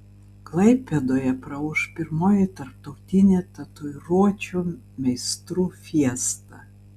klaipėdoje praūš pirmoji tarptautinė tatuiruočių meistrų fiesta